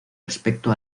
respecto